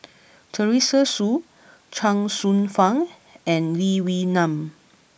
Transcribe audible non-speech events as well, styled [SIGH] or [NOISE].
[NOISE] Teresa Hsu [NOISE] Chuang Hsueh Fang and Lee Wee Nam